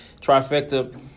trifecta